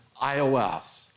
iOS